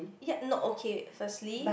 ya not okay firstly